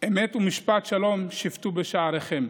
"אמת ומשפט שלום שפטו בשעריכם",